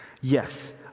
yes